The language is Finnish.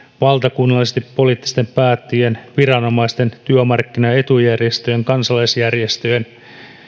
valtakunnallisesti poliittisten päättäjien viranomaisten työmarkkinaetujärjestöjen kansalaisjärjestöjen